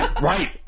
right